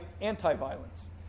anti-violence